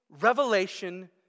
revelation